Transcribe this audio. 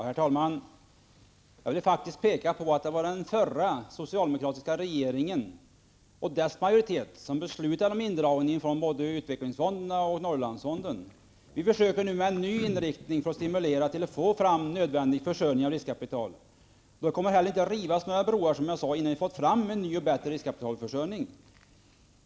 Herr talman! Jag vill faktiskt påpeka att det var den förra socialdemokratiska regeringen och riksdagsmajoriteten som beslutade om indragningen från både utvecklingsfonderna och Norrlandsfonden. Vi försöker nu med en ny inriktning att stimulera till nödvändig försörjning av riskkapital. Det kommer inte heller att rivas några broar innan vi har fått fram en ny och bättre riskkapitalförsörjning.